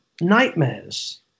nightmares